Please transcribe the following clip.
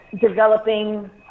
Developing